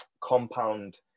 compound